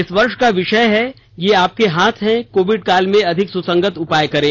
इस वर्ष का विषय है ये आपके हाथ है कोविड काल में अधिक सुसंगत उपाय करें